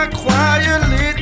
quietly